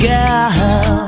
Girl